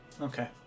Okay